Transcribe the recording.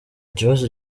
ikibazo